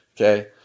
okay